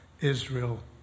Israel